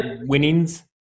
winnings